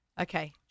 Okay